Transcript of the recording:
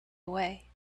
away